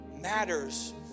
matters